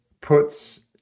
puts